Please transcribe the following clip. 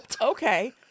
okay